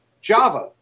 Java